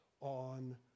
on